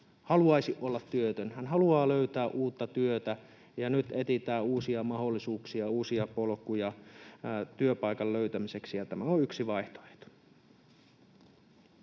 haluaisi olla työtön. Hän haluaa löytää uutta työtä, ja nyt etsitään uusia mahdollisuuksia, uusia polkuja työpaikan löytämiseksi, ja tämä on yksi vaihtoehto.